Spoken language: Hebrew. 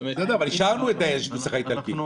אבל אישרנו את הנוסח האיטלקי.